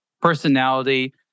personality